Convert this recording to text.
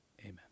Amen